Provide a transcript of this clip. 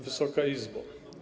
Wysoka Izbo!